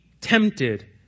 tempted